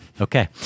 Okay